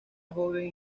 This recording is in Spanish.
joven